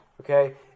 Okay